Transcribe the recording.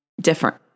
different